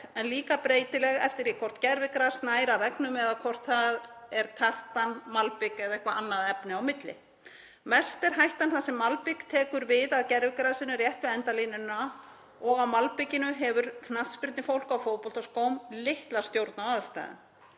en líka breytileg eftir því hvort gervigras nær að veggnum eða hvort það er tartan, malbik eða eitthvert annað efni á milli. Mest er hættan þar sem malbik tekur við af gervigrasinu rétt við endalínuna og á malbikinu hefur knattspyrnufólk á fótboltaskóm litla stjórn á aðstæðum.